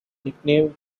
nickname